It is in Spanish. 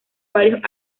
varios